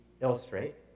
illustrate